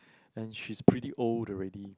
and she's pretty old already